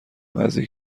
وزیر